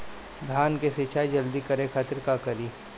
धान के सिंचाई जल्दी करे खातिर का करी?